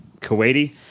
Kuwaiti